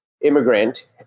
immigrant